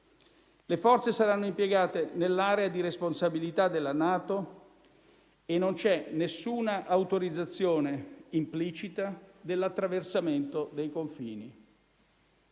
Le forze saranno impiegate nell'area di responsabilità della NATO e non c'è nessuna autorizzazione implicita all'attraversamento dei confini.